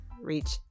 Reach